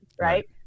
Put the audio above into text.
right